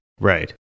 Right